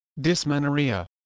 dysmenorrhea